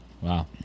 Wow